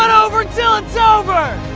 over till it's over!